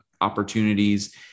opportunities